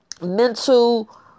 mental